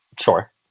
Sure